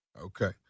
Okay